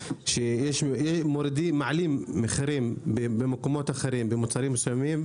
שמעלים מחירים במקומות אחרים במוצרים מסוימים